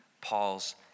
Paul's